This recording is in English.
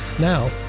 Now